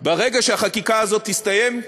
ברגע שהחקיקה הזאת תסתיים,